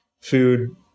food